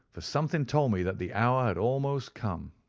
for something told me that the hour had almost come.